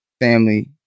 family